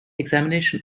examination